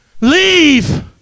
leave